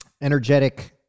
energetic